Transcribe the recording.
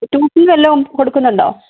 tuition വല്ലതും കൊടുക്കുന്നുണ്ടോ